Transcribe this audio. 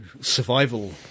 Survival